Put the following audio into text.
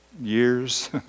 years